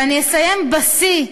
ואני אסיים בשיא,